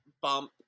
bump